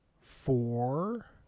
four